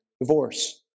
divorce